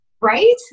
Right